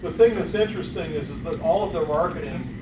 but thing that's interesting is is that all of their marketing, and